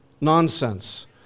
nonsense